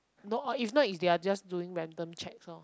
no orh if not is they are just doing random checks orh